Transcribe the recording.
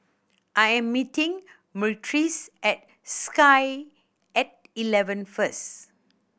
I am meeting Myrtis at Sky At Eleven first